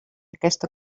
aquesta